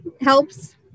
helps